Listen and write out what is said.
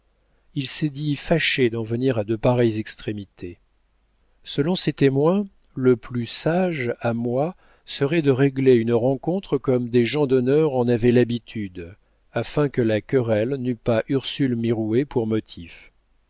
il s'est dit fâché d'en venir à de pareilles extrémités selon ses témoins le plus sage à moi serait de régler une rencontre comme des gens d'honneur en avaient l'habitude afin que la querelle n'eût pas ursule mirouët pour motif